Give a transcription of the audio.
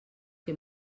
que